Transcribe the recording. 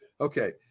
Okay